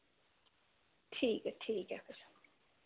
ठीक ऐ ठीक ऐ फिर